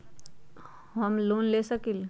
हम लोन ले सकील?